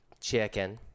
chicken